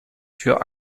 für